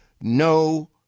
no